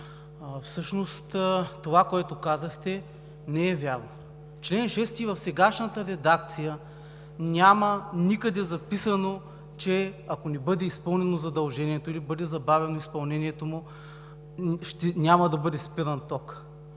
Всъщност това, което казахте, не е вярно. В чл. 6 и в сегашната редакция няма никъде записано, че ако не бъде изпълнено задължението или бъде забавено изпълнението, няма да бъде спиран токът